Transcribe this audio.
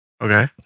Okay